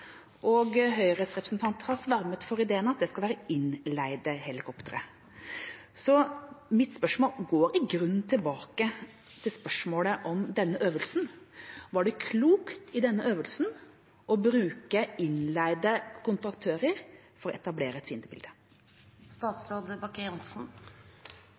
og Høyres representanter har svermet for ideen om at det skal være innleide helikoptre. Mitt spørsmål går i grunnen tilbake til spørsmålet om denne øvelsen: Var det klokt i denne øvelsen å bruke innleide kontraktører for å etablere et